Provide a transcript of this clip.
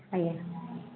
ଆଜ୍ଞା